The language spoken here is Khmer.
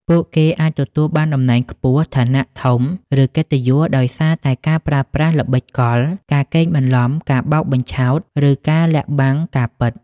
ពួកគេអាចទទួលបានតំណែងខ្ពស់ ឋានៈធំ ឬកិត្តិយសដោយសារតែការប្រើប្រាស់ល្បិចកល ការកេងបន្លំ ការបោកបញ្ឆោត ឬការលាក់បាំងការពិត។